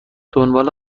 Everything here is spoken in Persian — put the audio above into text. دنبال